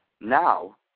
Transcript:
Now